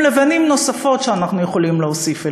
עם לבנים נוספות, שאנחנו יכולים להוסיף.